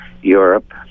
europe